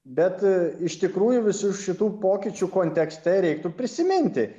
bet iš tikrųjų visų šitų pokyčių kontekste reiktų prisiminti